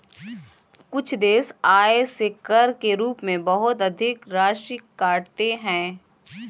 कुछ देश आय से कर के रूप में बहुत अधिक राशि काटते हैं